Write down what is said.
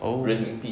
oh